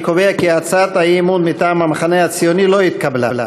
אני קובע כי הצעת האי-אמון מטעם המחנה הציוני לא התקבלה.